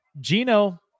Gino